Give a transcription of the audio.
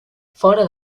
fora